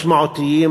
משמעותיים,